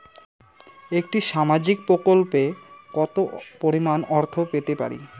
একটি সামাজিক প্রকল্পে কতো পরিমাণ অর্থ পেতে পারি?